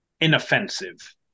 inoffensive